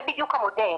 זה בדיוק המודל.